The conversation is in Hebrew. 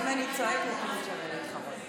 אם אני צועקת לא שווה להתחרות.